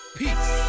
peace